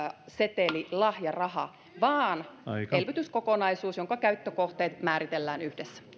seteli lahjaraha vaan elvytyskokonaisuus jonka käyttökohteet määritellään yhdessä